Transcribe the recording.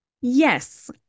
Yes